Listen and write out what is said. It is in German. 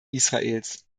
israels